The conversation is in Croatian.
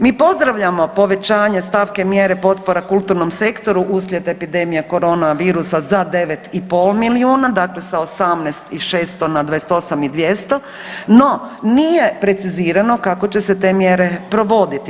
Mi pozdravljamo povećanje stavke mjere potpora kulturnom sektoru uslijed epidemije korona virusa za 9 i pol milijuna, dakle sa 18 i 600 na 28 i 200, no nije precizirano kako će se te mjere provoditi.